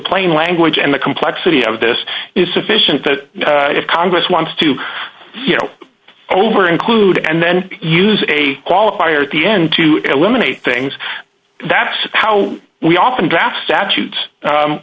plain language and the complexity of this is sufficient that if congress wants to you know over include and then use a qualifier at the end to eliminate things that's how we often trap statutes